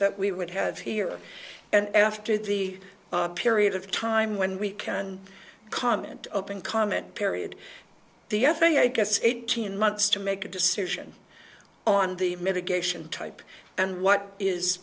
that we would have here and after the period of time when we can comment open comment period the f a a gets eighteen months to make a decision on the mitigation type and what is